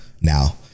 now